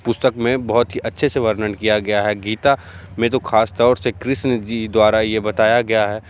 पुस्तक में बहुत ही अच्छे से वर्णन किया गया है गीता में तो खास तौर से कृष्ण जी द्वारा ये बताया गया है